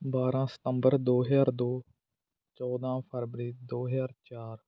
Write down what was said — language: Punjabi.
ਬਾਰ੍ਹਾਂ ਸਤੰਬਰ ਦੋ ਹਜ਼ਾਰ ਦੋ ਚੌਦ੍ਹਾਂ ਫਰਵਰੀ ਦੋ ਹਜ਼ਾਰ ਚਾਰ